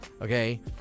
Okay